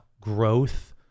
growth